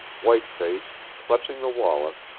white-faced, clutching the wallet,